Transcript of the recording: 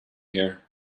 here